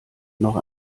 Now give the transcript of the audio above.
noch